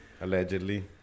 Allegedly